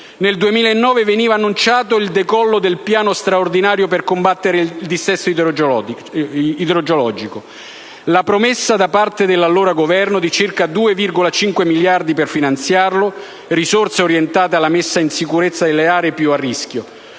Nel 2009 veniva annunciato il decollo del piano straordinario per combattere il dissesto idrogeologico e la promessa da parte dell'allora Governo di circa 2,5 miliardi per finanziarlo; si trattava di risorse orientate alla messa in sicurezza delle aree più a rischio.